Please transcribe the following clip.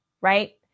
right